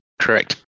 Correct